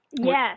Yes